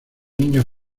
niño